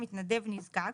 "מתנדב נזקק"